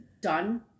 done